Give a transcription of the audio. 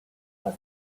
was